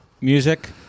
music